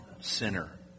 sinner